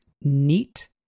Neat